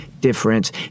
difference